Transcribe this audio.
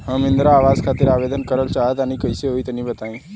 हम इंद्रा आवास खातिर आवेदन करल चाह तनि कइसे होई तनि बताई?